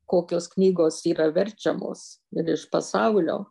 kokios knygos yra verčiamos ir iš pasaulio